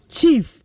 Chief